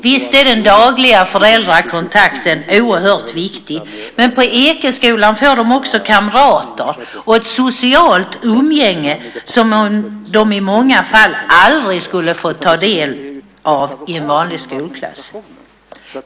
Visst är den dagliga föräldrakontakten oerhört viktig, men på Ekeskolan får barnen också kamrater och ett socialt umgänge som de i många fall aldrig skulle fått ta del av i en vanlig skolklass.